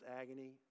agony